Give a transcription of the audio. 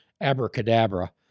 abracadabra